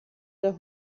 der